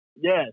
Yes